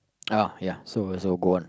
uh ya so and so go on